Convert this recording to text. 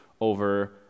over